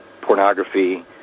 pornography